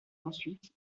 ensuite